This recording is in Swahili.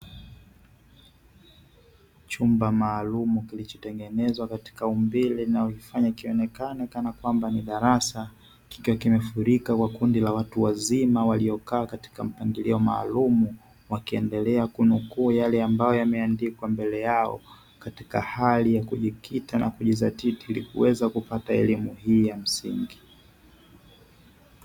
Chumba maalum kilichotengenezwa katika umbile inayolifanya ikionekana kana kwamba ni darasa kikiwa kimefurika kwa kundi la watu wazima waliokaa katika mpangilio maalum wakiendelea kunukuu yale ambayo yameandikwa mbele yao katika hali ya kujikita na kujizatiti ili kuweza kupata elimu hii ya msingi